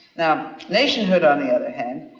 now nationhood, on the other hand,